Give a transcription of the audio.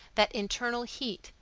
that internal heat,